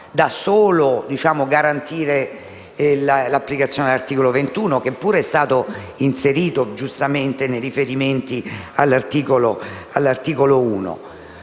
da solo garantire l'applicazione dell'articolo 21, che pure è stato inserito giustamente nei riferimenti all'articolo 1.